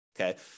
Okay